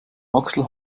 axel